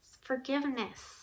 forgiveness